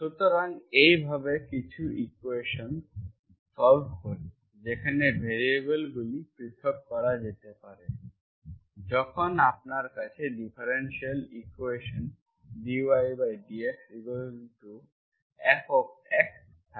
সুতরাং এইভাবে আমরা কিছু ইকুয়েশন্স সল্ভ করি যেখানে ভ্যারিয়েবলগুলি পৃথক করা যেতে পারে যখন আপনার কাছে ডিফারেনশিয়াল ইকুয়েশন্ dydxfxy থাকে